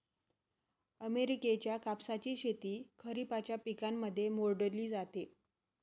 अमेरिकेच्या कापसाची शेती खरिपाच्या पिकांमध्ये मोडली जाते